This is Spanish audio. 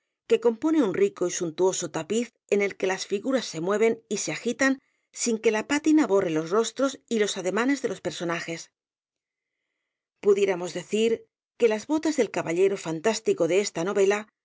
que compone un rico y suntuoso tapiz en el que las figuras se mueven y se agitan sin que la pátina borre los rostros y los ademanes de los personajes pudiéramos decir que las botas del caballero fantástico de esta novela